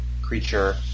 creature